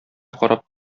карап